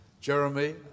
Jeremy